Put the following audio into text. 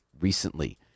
recently